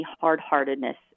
hard-heartedness